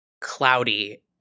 cloudy